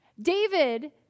David